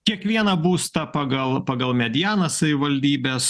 kiekvieną būstą pagal pagal medianą savivaldybės